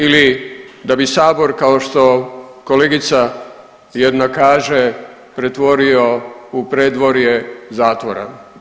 Ili da bi Sabor, kao što kolegica jedna kaže, pretvorio u predvorje zatvora.